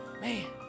Man